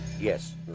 Yes